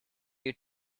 you